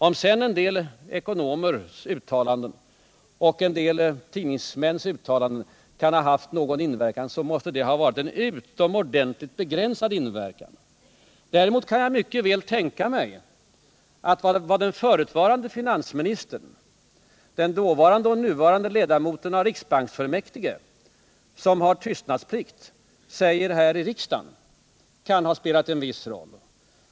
Om sedan en del ekonomers och tidningsmäns uttalanden kan ha haft någon inverkan måste det ha varit en utomordentligt begränsad sådan. Däremot kan jag mycket väl tänka mig att vad den förutvarande finansministern, den dåvarande och nuvarande ledamoten av riksbanksfullmäktige, som har tystnadsplikt, säger här i riksdagen kan ha spelat en viss roll.